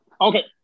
Okay